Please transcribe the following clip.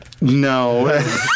No